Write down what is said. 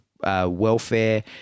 welfare